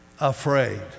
afraid